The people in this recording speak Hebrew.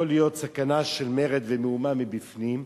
יכולה להיות סכנה של מרד ומהומה מבפנים,